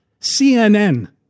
CNN